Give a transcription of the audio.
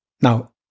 Now